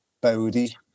Bodie